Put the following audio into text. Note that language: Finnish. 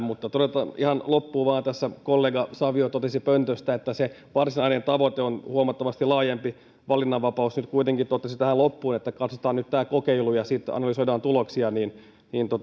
mutta totean tässä vain ihan loppuun että kollega savio totesi pöntöstä että se varsinainen tavoite on huomattavasti laajempi valinnanvapaus nyt kuitenkin hän totesi tähän loppuun että katsotaan nyt tämä kokeilu ja sitten analysoidaan tuloksia